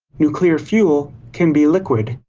nuclear fuel can be liquid.